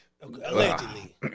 allegedly